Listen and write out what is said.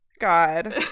God